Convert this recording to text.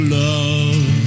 love